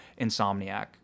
Insomniac